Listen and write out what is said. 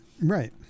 Right